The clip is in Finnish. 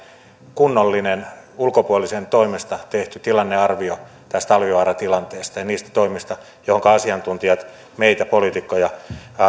kunnollinen ulkopuolisen toimesta tehty tilannearvio tästä talvivaaran tilanteesta ja niistä toimista joihin asiantuntijat meitä poliitikkoja